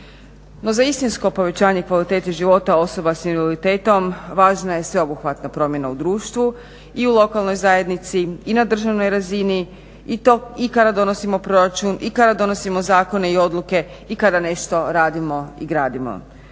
No za istinsko povećanje kvalitete života osoba s invaliditetom važna je sveobuhvatna promjena u društvu i na lokalnoj zajednici i na državnoj razini i kada donosimo proračun i kada donosimo zakone i odluke i kada nešto radimo i gradimo.